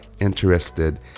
interested